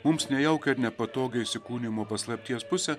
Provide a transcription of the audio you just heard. mums nejaukią ir nepatogią įsikūnijimo paslapties pusę